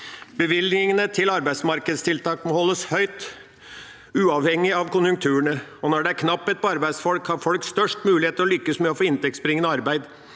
Bevilgningene til arbeidsmarkedstiltak må holdes høyt, uavhengig av konjunkturene. Når det er knapphet på arbeidsfolk, har folk størst mulighet til å lykkes med å få inntektsbringende arbeid.